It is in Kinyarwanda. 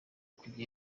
kugira